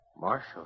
Marshal